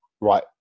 right